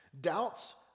Doubts